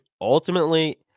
ultimately